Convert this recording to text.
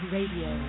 Radio